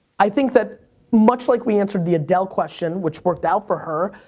i think that much like we answered the adele question, which worked out for her.